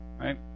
right